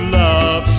love